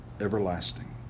everlasting